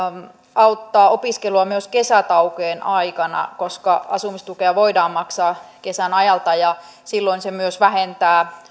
auttaa opiskelua myös kesätaukojen aikana koska asumistukea voidaan maksaa kesän ajalta ja silloin se myös vähentää